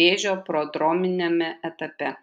vėžio prodrominiame etape